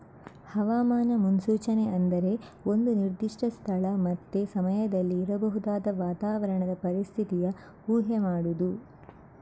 ಹವಾಮಾನ ಮುನ್ಸೂಚನೆ ಅಂದ್ರೆ ಒಂದು ನಿರ್ದಿಷ್ಟ ಸ್ಥಳ ಮತ್ತೆ ಸಮಯದಲ್ಲಿ ಇರಬಹುದಾದ ವಾತಾವರಣದ ಪರಿಸ್ಥಿತಿಯ ಊಹೆ ಮಾಡುದು